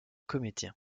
comédien